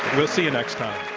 we'll see you next time.